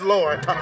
Lord